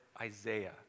Isaiah